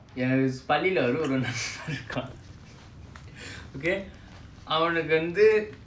you it's funny lah okay அவனுக்குவந்து:avanukku vandhu